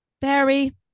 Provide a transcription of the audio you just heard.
Barry